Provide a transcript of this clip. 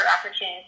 opportunities